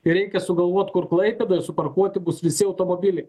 reikia sugalvot kur klaipėdoj suparkuoti bus visi automobiliai